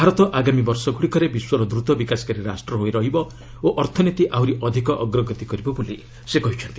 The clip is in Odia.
ଭାରତ ଆଗାମୀ ବର୍ଷଗୁଡ଼ିକରେ ବିଶ୍ୱର ଦ୍ରତ ବିକାଶକାରୀ ରାଷ୍ଟ୍ର ହୋଇ ରହିବ ଓ ଅର୍ଥନୀତି ଆହରି ଅଧିକ ଅଗ୍ରଗତି କରିବ ବୋଲି ସେକହିଛନ୍ତି